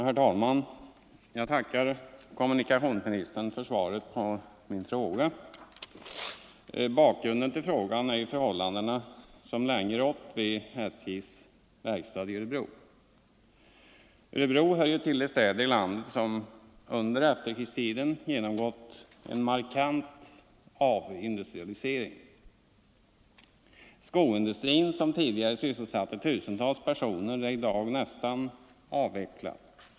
Herr talman! Jag tackar kommunikationsministern för svaret på min fråga. Bakgrunden till frågan är de förhållanden som länge rått vid SJ:s verkstad i Örebro. Örebro hör till de städer i landet som under efterkrigstiden genomgått en markant avindustrialisering. Skoindustrin, som tidigare sysselsatte tusentals personer, är i dag nästan avvecklad.